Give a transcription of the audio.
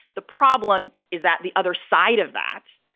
the problem is that the other side of that,